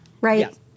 right